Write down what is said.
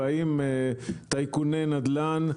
באים טייקוני נדל"ן,